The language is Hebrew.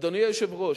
אדוני היושב-ראש,